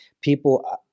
people